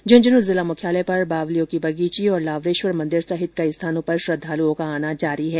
झुंझनूं जिला मुख्यालय पर बावलियो की बगीची और लावरेश्वर मंदिर सहित कई स्थानों पर श्रद्धालुओं का आना जारी है